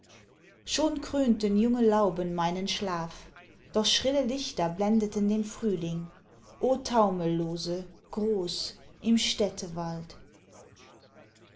schon krönten junge lauben meinen schlaf doch schrille lichter blendeten den frühling o taumellose groß im städtewald